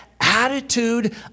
attitude